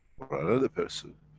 for another person,